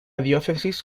diócesis